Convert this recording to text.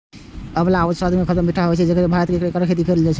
आंवलाक स्वाद खट्टा मीठा होइ छै आ भारत मे एकर खेती कैल जाइ छै